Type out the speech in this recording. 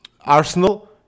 Arsenal